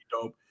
dope